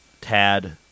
Tad